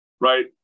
right